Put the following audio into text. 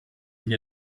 gli